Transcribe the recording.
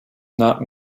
not